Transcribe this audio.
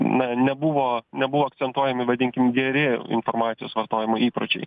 na nebuvo nebuvo akcentuojami vadinkim geri informacijos vartojimo įpročiai